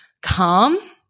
calm